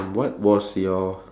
what was your